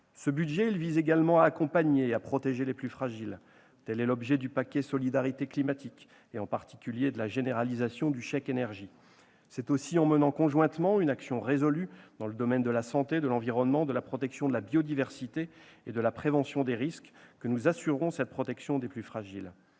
Ce budget vise également à accompagner et à protéger les plus fragiles. Tel est l'objet du « paquet de solidarité climatique », et en particulier de la généralisation du chèque énergie. C'est aussi en menant conjointement une action résolue dans le domaine de la santé, de l'environnement, de la protection de la biodiversité et de la prévention des risques que nous assurerons cette protection des plus fragiles.